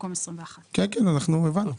במקום 21. כן, אנחנו הבנו.